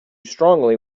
strongly